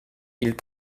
ils